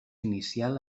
inicial